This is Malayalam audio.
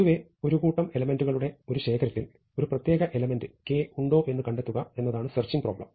പൊതുവേ ഒരു കൂട്ടം എലെമെന്റുകളുടെ ഒരു ശേഖരത്തിൽ ഒരു പ്രത്യേക എലമെന്റ് K ഉണ്ടോ എന്ന് കണ്ടെത്തുക എന്നതാണ് സെർച്ചിങ് പ്രോബ്ലം